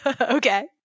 Okay